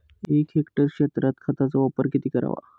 एक हेक्टर क्षेत्रात खताचा वापर किती करावा?